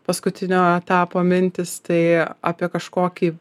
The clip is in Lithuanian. paskutinio etapo mintys tai apie kažkokį